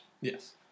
Yes